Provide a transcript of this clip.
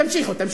תמשיכו, תמשיכו.